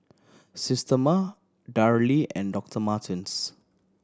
Systema Darlie and Doctor Martens